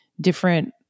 different